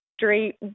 straight